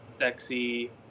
sexy